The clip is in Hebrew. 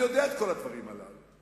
אני יודע את כל הדברים הללו.